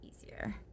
easier